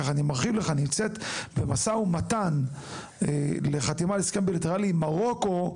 כשמדינת ישראל נמצאת במשא ומתן לצורך חתימת הסכם בילטרלי עם מרוקו,